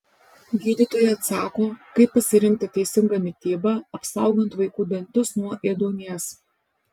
gydytojai atsako kaip pasirinkti teisingą mitybą apsaugant vaikų dantis nuo ėduonies